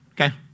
Okay